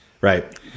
right